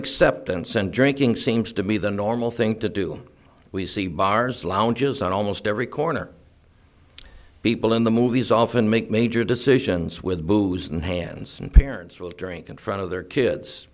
acceptance and drinking seems to be the normal thing to do we see bars lounges on almost every corner people in the movies often make major decisions with booze and hands and parents will drink in front of their kids